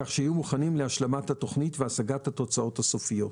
כך שיהיו מוכנים להשלמת התוכנית והשגת התוצאות הסופיות.